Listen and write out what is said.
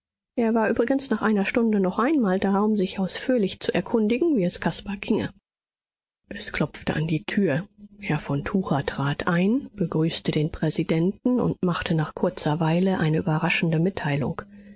er war übrigens nach einer stunde noch einmal da um sich ausführlich zu erkundigen wie es caspar ginge es klopfte an die tür herr von tucher trat ein begrüßte den präsidenten und machte nach kurzer weile eine überraschende mitteilung